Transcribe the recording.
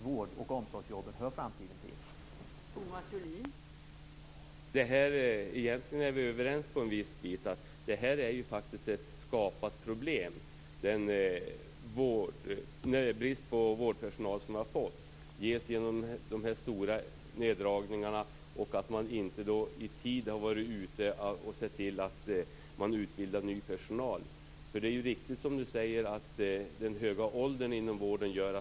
Vård och omsorgsjobben hör framtiden till.